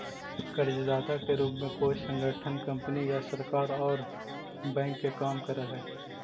कर्जदाता के रूप में कोई संगठन कंपनी या सरकार औउर बैंक के काम करऽ हई